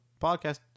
podcast